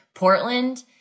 Portland